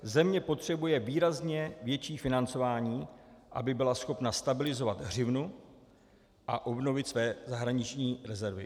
Země potřebuje výrazně větší financování, aby byla schopna stabilizovat hřivnu a obnovit své zahraniční rezervy.